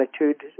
attitude